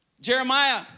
Jeremiah